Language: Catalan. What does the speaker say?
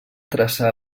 traçar